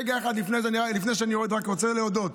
רגע אחד לפני זה שאני יורד אני רק רוצה להודות